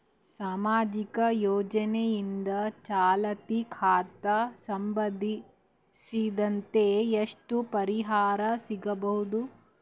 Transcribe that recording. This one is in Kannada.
ಸಾಮಾಜಿಕ ಯೋಜನೆಯಿಂದ ಚಾಲತಿ ಖಾತಾ ಸಂಬಂಧಿಸಿದಂತೆ ಎಷ್ಟು ಪರಿಹಾರ ಸಿಗಬಹುದು?